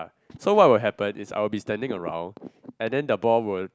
so what will happen is I will be standing around and then the ball would